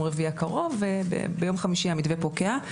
ביום רביעי הקרוב וביום חמישי המתווה הזה פוקע.